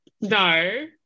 no